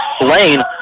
lane